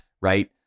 Right